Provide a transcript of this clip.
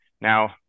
Now